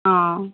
ହଁ